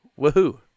Woohoo